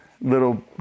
little